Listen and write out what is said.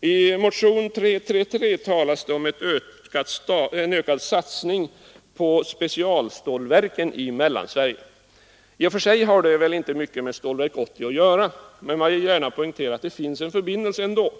I motionen 333 talas det om ökad satsning på specialstålverken i Mellansverige. I och för sig har väl en sådan satsning inte mycket med Stålverk 80 att göra, men jag vill gärna poängtera att det ändå finns en förbindelse mellan dem.